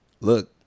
Look